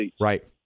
Right